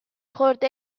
خورده